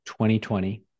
2020